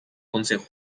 consejo